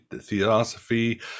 theosophy